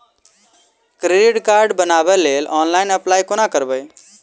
Credit card बनाबै लेल online apply कोना करबै?